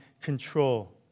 control